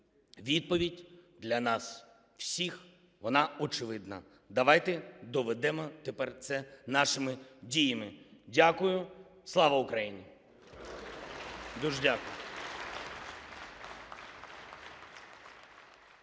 відповідь для нас всіх, вона очевидна, давайте доведемо тепер це нашими діями. Дякую. Слава Україні! (Оплески)